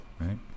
right